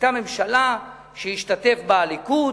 היתה ממשלה שהשתתף בה הליכוד,